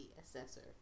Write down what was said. assessor